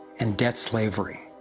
and debt slavery.